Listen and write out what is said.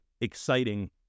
exciting